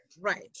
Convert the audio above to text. Right